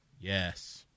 Yes